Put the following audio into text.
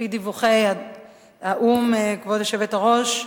על-פי דיווחי האו"ם, כבוד היושבת-ראש,